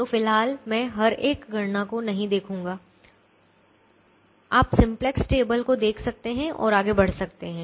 तो फिलहाल मैं हर एक गणना को नहीं देखूंगा आप सिम्पलेक्स टेबल देख सकते हैं और आगे बढ़ सकते हैं